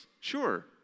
Sure